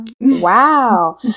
Wow